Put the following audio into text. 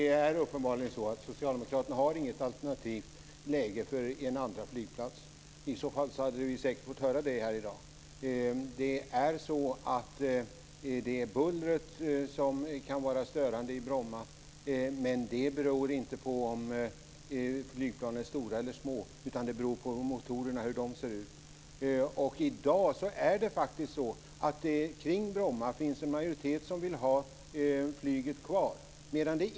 Fru talman! Socialdemokraterna har uppenbarligen inget alternativt läge för en andra flygplats i Stockholm. I så fall hade vi säkert fått höra om det i dag här. Det är bullret som kan vara störande i Bromma. Men det beror inte på om flygplanen är stora eller små, utan det beror på hur motorerna ser ut. Kring Bromma finns det faktiskt i dag en majoritet för att ha kvar flyget.